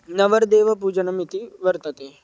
नवर्देवपूजनम् इति वर्तते